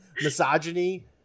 misogyny